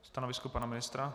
Stanovisko pana ministra?